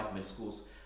schools